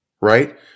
right